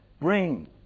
bring